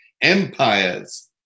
empires